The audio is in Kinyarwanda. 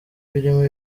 birimo